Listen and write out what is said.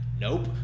nope